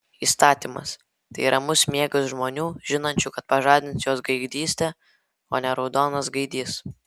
įstatymas tai ramus miegas žmonių žinančių kad pažadins juos gaidgystė o ne raudonas gaidys